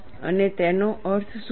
અને તેનો અર્થ શું છે